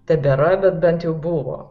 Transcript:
tebėra bet bent jau buvo